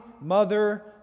mother